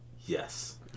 Yes